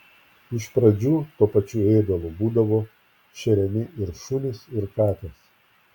iš pradžių tuo pačiu ėdalu būdavo šeriami ir šunys ir katės